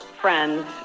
friends